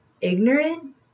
ignorant